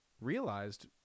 realized